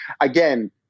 Again